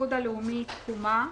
האיחוד הלאומי, תקומה,